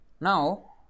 now